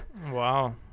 wow